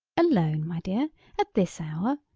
alone, my dear at this hour?